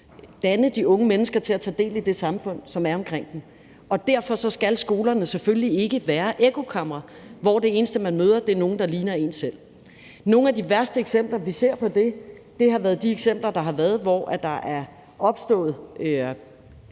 danne de unge mennesker til at tage del i det samfund, som er omkring dem, og derfor skal skolerne selvfølgelig ikke være ekkokamre, hvor de eneste, man møder, er nogle, der ligner en selv. Nogle af de værste eksempler, vi har set på det, har været de eksempler, hvor der er opstået